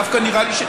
דווקא נראה לי,